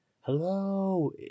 hello